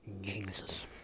Jesus